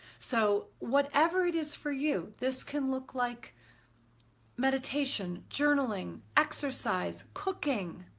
so, whatever it is for you, this can look like meditation, journaling, exercise, cooking,